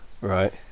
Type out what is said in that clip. right